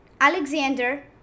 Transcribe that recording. Alexander